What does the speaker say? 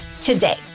today